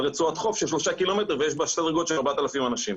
רצועת חוף של שלושה קילומטרים ויש בה סדר גודל של 4,000 אנשים.